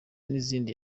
nizindi